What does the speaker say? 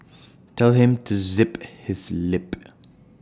tell him to zip his lip